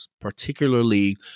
particularly